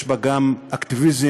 יש בה גם אקטיביזם,